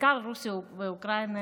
בעיקר רוסיה ואוקראינה,